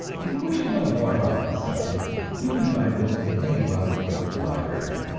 if you wish to know more about this subject you can find books in any well-equipped library.